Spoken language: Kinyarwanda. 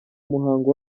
muhango